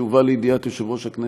שיובא לידיעת יושב-ראש הכנסת.